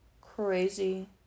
Crazy